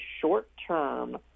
short-term